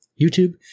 YouTube